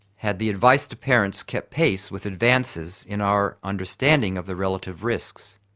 had the advice to parents kept pace with advances in our understanding of the relative risks?